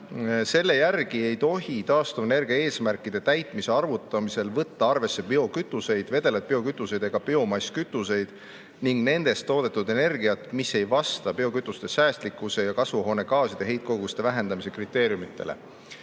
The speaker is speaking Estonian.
Selle järgi ei tohi taastuvenergia eesmärkide täitmise arvutamisel võtta arvesse biokütuseid, vedelaid biokütuseid ega biomasskütuseid ning nendest toodetud energiat, mis ei vasta biokütuste säästlikkuse ja kasvuhoonegaaside heitkoguste vähendamise kriteeriumidele.